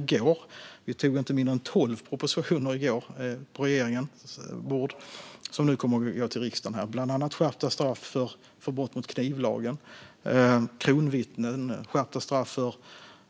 I går var det inte mindre än tolv propositioner som låg på regeringens bord, och de kommer nu att gå till riksdagen. Bland annat handlar det om skärpta straff för brott mot knivlagen, om kronvittnen, om skärpta straff